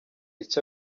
icyo